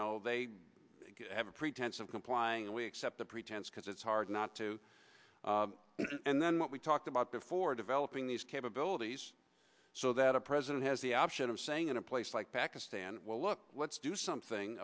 where they have a pretense of complying and we accept the pretense because it's hard not to and then what we talked about before developing these capabilities so that a president has the option of saying in a place like pakistan well look let's do something